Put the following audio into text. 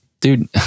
dude